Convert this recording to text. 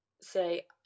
say